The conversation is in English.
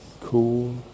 cool